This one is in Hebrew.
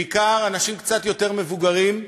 בעיקר אנשים קצת יותר מבוגרים,